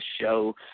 show